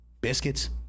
Biscuits